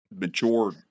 mature